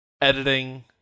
editing